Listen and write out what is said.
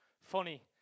funny